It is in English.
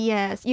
Yes